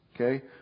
okay